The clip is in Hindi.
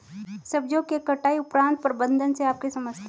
सब्जियों के कटाई उपरांत प्रबंधन से आप क्या समझते हैं?